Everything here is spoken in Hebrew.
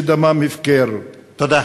שדמם הפקר." תודה.